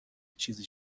چیزی